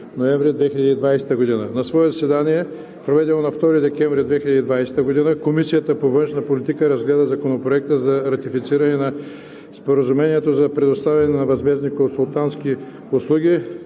ноември 2020 г. На свое редовно заседание, проведено на 2 декември 2020 г., Комисията по външна политика разгледа Законопроекта за ратифициране на Споразумението за предоставяне на възмездни консултантски услуги